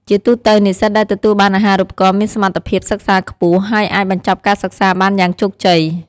ជាទូទៅ និស្សិតដែលទទួលបានអាហារូបករណ៍មានសមត្ថភាពសិក្សាខ្ពស់ ហើយអាចបញ្ចប់ការសិក្សាបានយ៉ាងជោគជ័យ។